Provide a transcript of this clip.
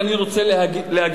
אני רק רוצה להגיד,